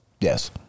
Yes